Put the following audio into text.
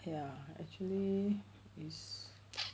ya actually is